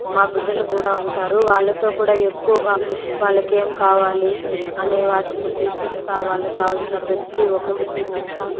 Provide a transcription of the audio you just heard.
మా బిడ్డలు కూడా ఉంటారు వాళ్ళతో కూడా ఎక్కువగా వాళ్ళకేమి కావాలి అనే వాటిని తీసిస్తా వాళ్ళు కావాల్సిన ప్రతి ఒకటి తీసిస్తా